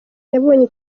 yabonye